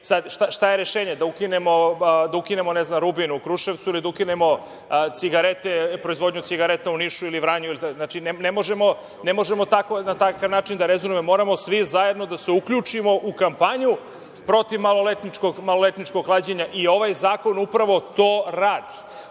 je rešenje? Da ukinemo "Rubin" u Kruševcu ili da ukinemo proizvodnju cigareta u Nišu ili Vranju? Znači, ne možemo na takav način da rezonujemo. Moramo svi zajedno da se uključimo u kampanju protiv maloletničkog klađenja i ovaj zakon upravo to radi.